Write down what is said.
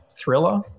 thriller